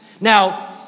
Now